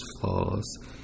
flaws